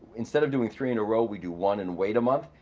instead of doing three in a row we do one and wait a month,